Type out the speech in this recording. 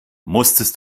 musstest